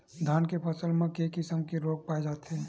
धान के फसल म के किसम के रोग पाय जाथे?